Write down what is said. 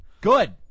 Good